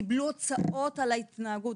קיבלו הוצאות על ההתנהגות.